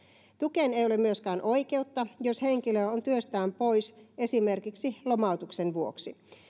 tukeen ei ole myöskään oikeutta jos henkilö on työstään pois esimerkiksi lomautuksen vuoksi